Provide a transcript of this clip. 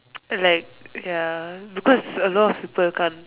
like ya because a lot of people can't